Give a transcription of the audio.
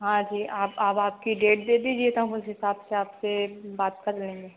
हाँ जी आप अब आपकी डेट दे दीजिए तो हम उस हिसाब से आपसे बात कर लेंगे